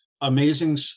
Amazing